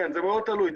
זה מאוד תלוי.